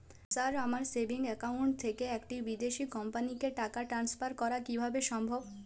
Sir আমার savings account থেকে একটি বিদেশি কোম্পানিকে টাকা ট্রান্সফার করা কীভাবে সম্ভব?